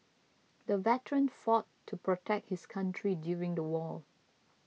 the veteran fought to protect his country during the war